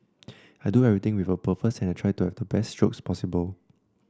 I do everything with a purpose and I try to have the best strokes as possible